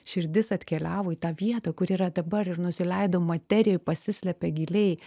širdis atkeliavo į tą vietą kur yra dabar ir nusileido materijoj pasislėpė giliai